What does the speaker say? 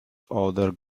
other